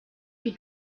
die